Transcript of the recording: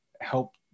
help